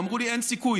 אמרו לי: אין סיכוי,